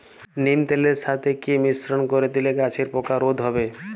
নিম তেলের সাথে কি মিশ্রণ করে দিলে গাছের পোকা রোধ হবে?